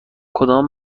کدام